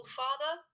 father